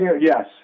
yes